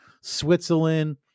switzerland